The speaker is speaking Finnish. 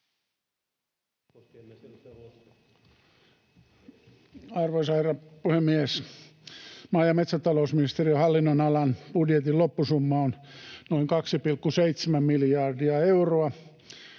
Arvoisa herra puhemies! Maa- ja metsätalousministe-riön hallinnonalan budjetin loppusumma on noin 2,7 miljardia euroa.